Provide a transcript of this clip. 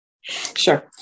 Sure